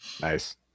Nice